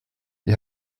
ihr